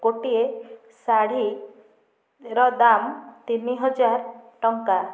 ଗୋଟିଏ ଶାଢ଼ୀର ଦାମ୍ ତିନି ହଜାର ଟଙ୍କା